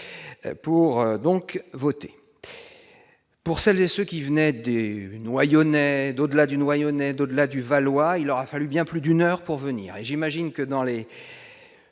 pour donc voter pour celles et ceux qui venaient du Noyonnais d'au-delà du Noyonnais d'au-delà du Valois, il aura fallu bien plus d'une heure pour venir et j'imagine que dans les